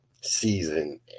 season